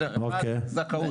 אחד, זכאות.